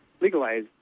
legalize